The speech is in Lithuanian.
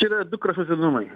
čia yra du kraštutinumai